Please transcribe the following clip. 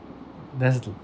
that's d~